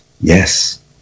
yes